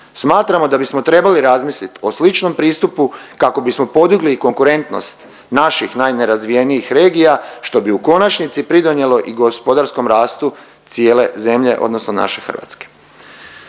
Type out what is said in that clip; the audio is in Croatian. Smatramo da bismo trebali razmisliti o sličnom pristupu kako bismo podigli i konkurentnost naših najnerazvijenijih regija što bi u konačnici pridonijelo i gospodarskom rastu cijele zemlje, odnosno naše Hrvatske.